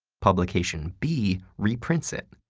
publication b reprints it,